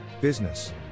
business